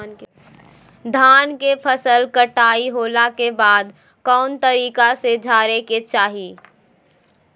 धान के फसल कटाई होला के बाद कौन तरीका से झारे के चाहि?